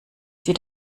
sie